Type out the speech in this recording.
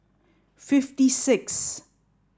fifty sixth